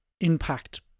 impact